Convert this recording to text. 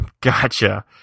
Gotcha